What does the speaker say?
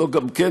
זו גם כן.